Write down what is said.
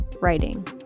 writing